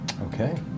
Okay